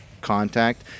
contact